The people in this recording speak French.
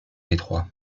detroit